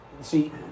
See